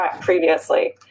previously